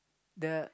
the